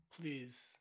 Please